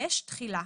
תחילה.